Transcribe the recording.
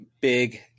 big